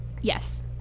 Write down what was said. Yes